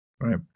right